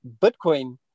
Bitcoin